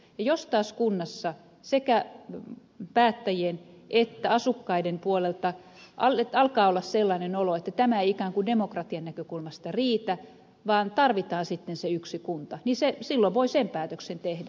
jos taas kunnassa sekä päättäjien että asukkaiden puolella alkaa olla sellainen olo että tämä ei ikään kuin demokratian näkökulmasta riitä vaan tarvitaan sitten se yksi kunta niin silloin voi sen päätöksen tehdä